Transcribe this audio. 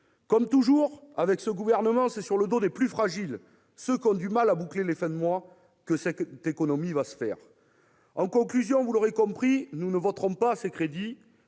Comme toujours avec ce gouvernement, c'est sur le dos des plus fragiles, de ceux qui ont du mal à boucler les fins de mois, que cette économie va se faire ! Vous l'aurez compris, nous ne voterons pas ces crédits,